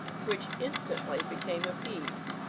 which instantly became appeased,